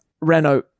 Renault